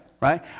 Right